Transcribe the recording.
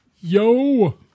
Yo